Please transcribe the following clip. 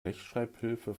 rechtschreibhilfe